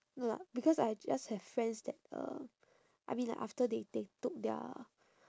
no lah because I just have friends that um I mean like after they they took their